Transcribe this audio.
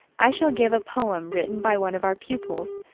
i shall give a poem written by one of our pupils,